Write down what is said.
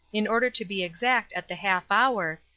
in order to be exact at the half hour,